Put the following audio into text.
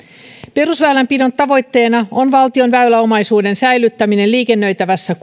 perusväylänpidon tavoitteena on valtion väyläomaisuuden säilyttäminen liikennöitävässä